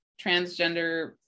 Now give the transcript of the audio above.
transgender